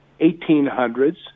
1800s